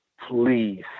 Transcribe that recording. please